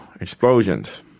explosions